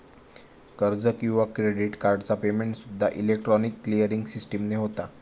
कर्ज किंवा क्रेडिट कार्डचा पेमेंटसूद्दा इलेक्ट्रॉनिक क्लिअरिंग सिस्टीमने होता